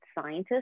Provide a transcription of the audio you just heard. scientists